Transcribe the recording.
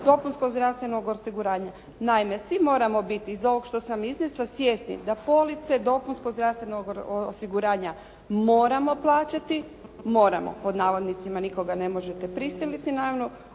dopunskog zdravstvenog osiguranja, naime, svi moramo biti iz ovog što sam iznesla svjesni da police dopunskog zdravstvenog osiguranja moramo plaćati, moramo pod navodnicima, nikoga ne možete prisiliti naravno,